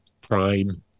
prime